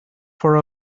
for